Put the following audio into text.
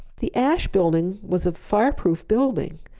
the asch building was a fireproof building.